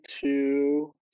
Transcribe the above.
two